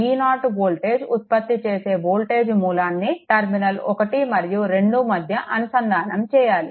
V0 voltage ఉత్పత్తి చేసే voltage మూలాన్ని టర్మినల్ 1 మరియు 2 మధ్య అనుసంధానం చేయాలి